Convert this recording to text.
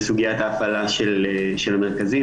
לסוגיית ההפעלה של המרכזים,